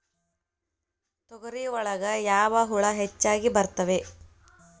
ತೊಗರಿ ಒಳಗ ಯಾವ ಹುಳ ಹೆಚ್ಚಾಗಿ ಬರ್ತವೆ?